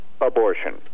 abortion